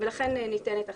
ולכן ניתנת החלטה.